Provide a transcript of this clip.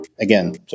again